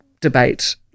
debate